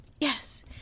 Yes